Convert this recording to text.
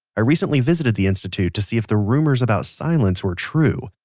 i recently visited the institute to see if the rumors about silence were true.